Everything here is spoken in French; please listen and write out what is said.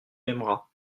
aimeras